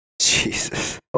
Jesus